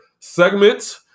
Segment